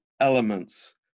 elements